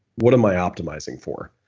what am i optimizing for?